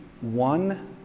one